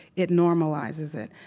it normalizes it.